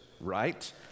right